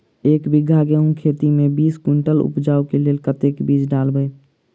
एक बीघा गेंहूँ खेती मे बीस कुनटल उपजाबै केँ लेल कतेक बीज डालबै?